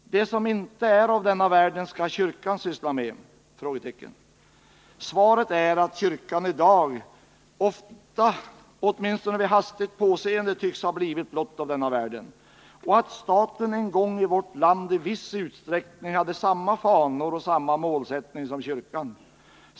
Det som inte är av denna världen skall kyrkan syssla med? Svaret är dels att kyrkan i dag ofta — åtminstone vid hastigt påseende — ger ett intryck av att vara blott av denna världen, dels att staten en gång i vårt land i viss utsträckning hade samma fanor och samma målsättning som kyrkan.